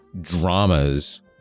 dramas